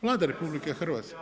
Vlada RH.